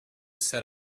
set